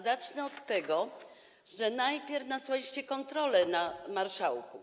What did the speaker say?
Zacznę od tego, że najpierw nasłaliście kontrolę na marszałków.